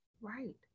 Right